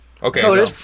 Okay